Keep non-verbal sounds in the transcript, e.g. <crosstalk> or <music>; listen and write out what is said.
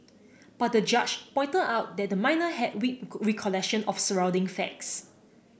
but the judge pointed out that the minor had <unintelligible> weak recollection of surrounding facts